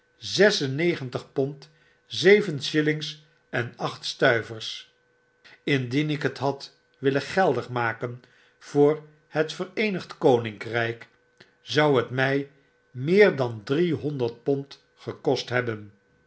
zes en negentig pond zeven shillings en acht stuivers indien ik het had willen geldig maken voor het vereenigd koninkrijk zou het mij meer dan driehonderd pond gekost hebben